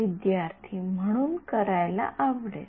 विद्यार्थी म्हणून करायला आवडेल